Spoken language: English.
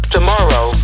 Tomorrow